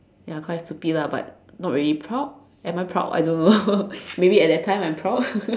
ya quite dirty lah but not really proud am I proud I don't know maybe at that time I am proud